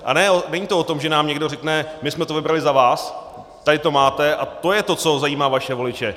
A není to o tom, že nám někdo řekne: my jsme to vybrali za vás, tady to máte a to je to, co zajímá vaše voliče.